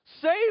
save